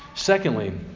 Secondly